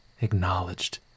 acknowledged